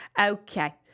Okay